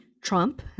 Trump